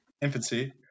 infancy